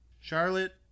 Charlotte